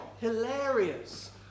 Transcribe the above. Hilarious